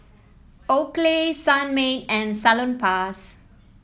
Oakley Sunmaid and Salonpas